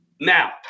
Now